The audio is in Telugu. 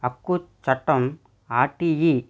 హక్కు చట్టం ఆర్టిఈ